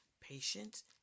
patience